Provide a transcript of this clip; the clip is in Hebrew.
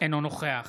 אינו נוכח